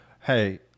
hey